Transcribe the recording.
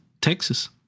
Texas